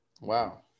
Wow